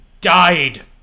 died